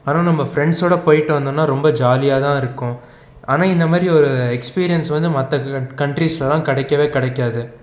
ஆனால் நம்ம ஃப்ரெண்ட்ஸோட போயிட்டு வந்தோனால் ரொம்ப ஜாலியாக தான் இருக்கும் ஆனால் இந்த மாதிரி ஒரு எக்ஸ்பிரியன்ஸ் வந்து மற்ற க கண்ட்ரிஸ்லலான் கிடைக்கவே கிடைக்காது